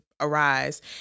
arise